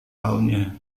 tahunnya